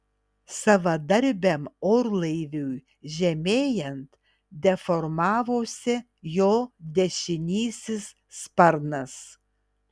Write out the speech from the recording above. savadarbiam orlaiviui žemėjant deformavosi jo dešinysis sparnas